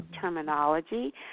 terminology